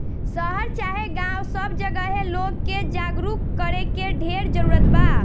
शहर चाहे गांव सब जगहे लोग के जागरूक करे के ढेर जरूरत बा